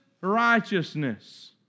righteousness